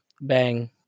bang